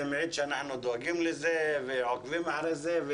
זה מעיד על כך שאנחנו דואגים לזה ועוקבים אחרי זה.